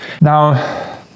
now